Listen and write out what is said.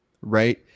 right